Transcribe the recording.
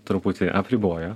truputį apribojo